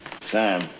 Sam